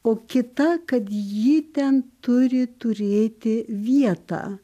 o kita kad ji ten turi turėti vietą